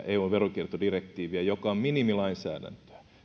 eun veronkiertodirektiiviä joka on minimilainsäädäntöä